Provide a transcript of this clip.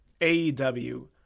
AEW